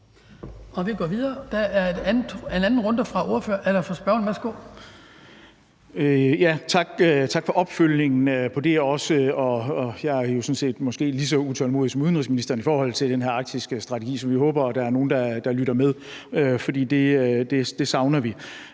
fra spørgeren. Værsgo. Kl. 15:49 Carsten Bach (LA): Også tak for opfølgningen på det. Jeg er sådan set måske lige så utålmodig som udenrigsministeren i forhold til den her arktiske strategi, så vi håber, at der er nogle, der lytter med, for en sådan savner vi.